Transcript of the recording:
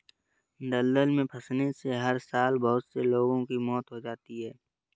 दलदल में फंसने से हर साल बहुत से लोगों की मौत हो जाती है